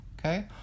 Okay